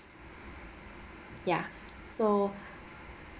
ya so